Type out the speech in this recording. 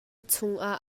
chungah